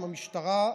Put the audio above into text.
עם המשטרה,